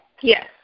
Yes